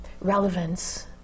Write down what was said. relevance